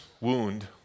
wound